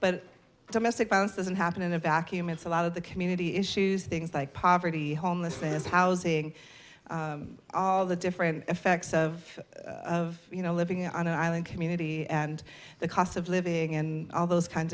but domestic violence doesn't happen in a vacuum it's a lot of the community issues things like poverty homelessness housing all the different effects of of you know living on an island community and the cost of living and all those kinds